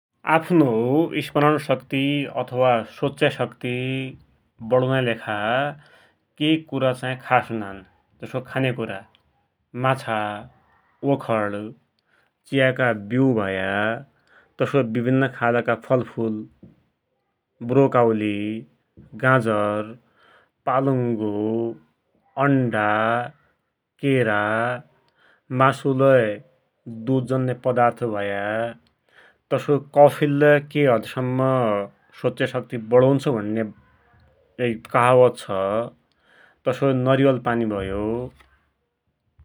आफ्नो स्मरणशक्ति अथवा सोच्या शक्ति बडुनाकी लेखा केइ कुरा चाहि खास हुनान्। जसो खन्याकुरा माछा, ओखर, चियाका विउ भया, तसोइ विभिन्न खालका फलफुल, ब्रोकाउली, गाजर, पालुङ्गो, अण्डा, केरा, मासुलै, दुधजन्य पदार्थ भया, तसोई कफिलेलै केइ हदसम्म सोच्या शक्ति वडुन्छ भुण्या कहावत छ, तसोइ नरिवल पानी भयो ।